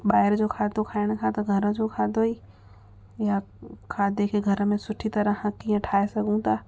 ॿाहिरि जो खाधो खाइण खां त घर जो खाधो ही या खाधे खे घर में सुठे तरह सां कीअं ठाहे सघूं था